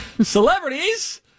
Celebrities